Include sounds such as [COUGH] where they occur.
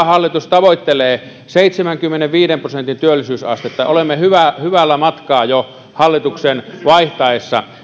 [UNINTELLIGIBLE] hallitus tavoittelee seitsemänkymmenenviiden prosentin työllisyysastetta olemme hyvällä matkalla siihen jo hallituksen vaihtuessa